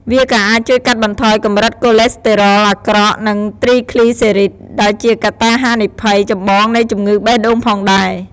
វាក៏អាចជួយកាត់បន្ថយកម្រិតកូលេស្តេរ៉ុលអាក្រក់ និងទ្រីគ្លីសេរីត ដែលជាកត្តាហានិភ័យចម្បងនៃជំងឺបេះដូងផងដែរ។